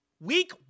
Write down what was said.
week